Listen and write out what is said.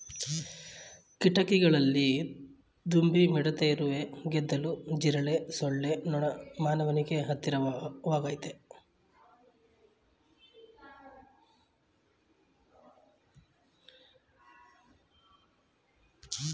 ಕೀಟಗಳಲ್ಲಿ ದುಂಬಿ ಮಿಡತೆ ಇರುವೆ ಗೆದ್ದಲು ಜಿರಳೆ ಸೊಳ್ಳೆ ನೊಣ ಮಾನವನಿಗೆ ಹತ್ತಿರವಾಗಯ್ತೆ